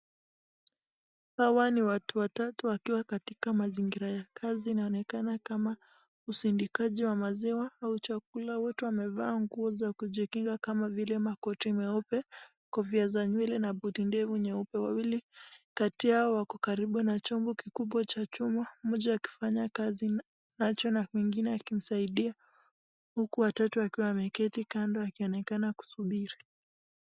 Hawa ni watu watatu wakiwa katika mazingira ya kazi. Inaonekana kama usindikizaji wa maziwa, chakula. Wote wamevaa mavazi ya kujikinga kama vile makoti meupe, kofia za nywele na koti ndefu nyeupe. Wawili kati yao wako karibu na chombo cha chuma, mmoja akifanya kazi wa pili anamsaidia na watatu ameketi akionekana kusubiri.